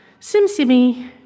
Simsimi